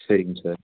சரிங்க சார்